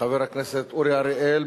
חבר הכנסת אורי אריאל,